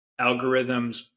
algorithms